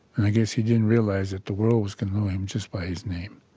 and i guess he didn't realize that the world was going to know him just by his name